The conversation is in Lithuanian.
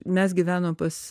mes gyvenom pas